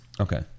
Okay